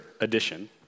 edition